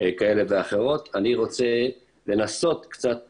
כאלה ואחרות, אני רוצה לנסות קצת